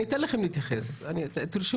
אנשי